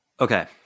Okay